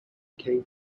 came